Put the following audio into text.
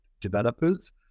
developers